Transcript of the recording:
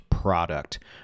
product